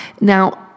now